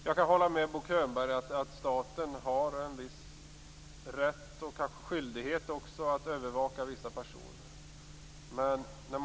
Jag kan hålla med Bo Könberg om att staten har en viss rätt och kanske också skyldighet att övervaka vissa personer.